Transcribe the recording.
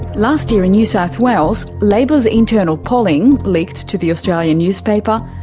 last year in new south wales, labor's internal polling, leaked to the australian newspaper,